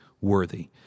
worthy